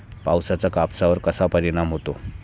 पावसाचा कापसावर कसा परिणाम होतो?